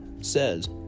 says